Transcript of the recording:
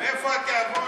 מאיפה התיאבון?